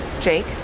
Jake